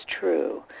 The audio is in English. true